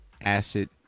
acid